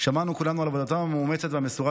שמענו כולנו על עבודתם המאומצת והמסורה